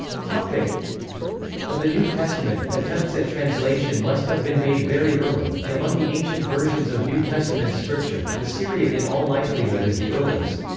like of the new testament, attempts at translation must have been made very early, and among the ancient versions of new testament scripture, the syriac in all likelihood is the earliest.